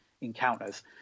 encounters